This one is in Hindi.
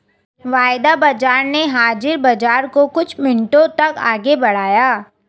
वायदा बाजार ने हाजिर बाजार को कुछ मिनटों तक आगे बढ़ाया